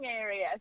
area